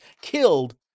killed